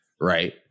right